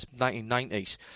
1990s